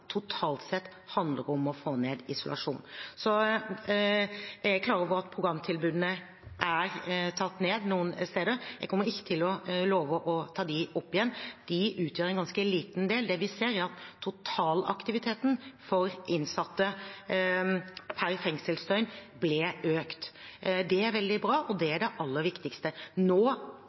totalt sett handler om å få ned isolasjon. Jeg er klar over at programtilbudene er tatt ned noen steder. Jeg kommer ikke til å love å ta dem opp igjen. De utgjør en ganske liten del. Det vi ser, er at totalaktiviteten for innsatte per fengselsdøgn ble økt. Det er veldig bra, og det er det aller viktigste. Nå,